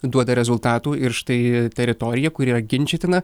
duoda rezultatų ir štai teritorija kuri yra ginčytina